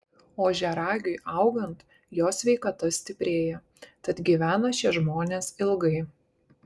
ožiaragiui augant jo sveikata stiprėja tad gyvena šie žmonės ilgai